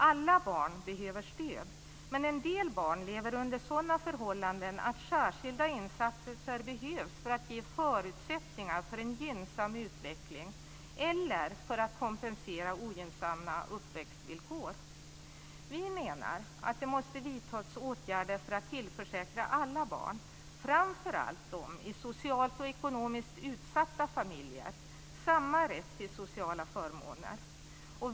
Alla barn behöver stöd, men en del barn lever under sådana förhållanden att särskilda insatser behövs för att ge förutsättningar för en gynnsam utveckling eller för att kompensera ogynnsamma uppväxtvillkor. Vi menar att det måste vidtas åtgärder för att tillförsäkra alla barn, framför allt dem i socialt och ekonomiskt utsatta familjer, samma rätt till sociala förmåner.